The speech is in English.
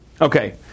Okay